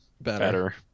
Better